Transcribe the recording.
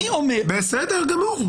בסדר גמור.